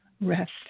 rest